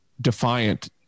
defiant